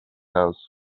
house